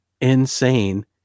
insane